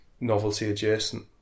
novelty-adjacent